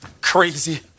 crazy